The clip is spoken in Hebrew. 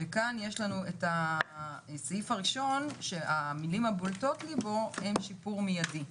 וכאן יש לנו את הסעיף הראשון שהמילים הבולטות לי בו הן "שיפור מיידי",